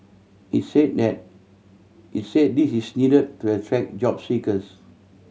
it said that it said this is needed to attract job seekers